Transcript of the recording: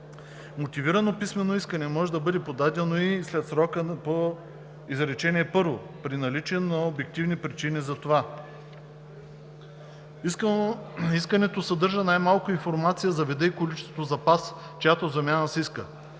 Мотивирано писмено искане може да бъде подадено и след срока по изречение първо, при наличие на обективни причини за това. Искането съдържа най-малко информация за вида и количеството запас, чиято замяна се иска,